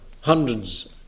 hundreds